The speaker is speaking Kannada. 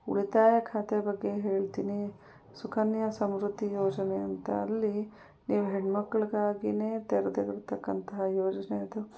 ಉಳಿತಾಯ ಖಾತೆ ಬಗ್ಗೆ ಹೇಳ್ತೀನಿ ಸುಕನ್ಯ ಸಮೃದ್ಧಿ ಯೋಜನೆ ಅಂತ ಅಲ್ಲಿ ನೀವು ಹೆಣ್ಮಕ್ಕಳಿಗಾಗಿಯೇ ತೆರೆದಿರ್ತಕ್ಕಂತಹ ಯೋಜನೆ ಅದು